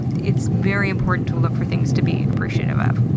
it's very important to look for things to be appreciative of.